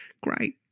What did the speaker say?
Great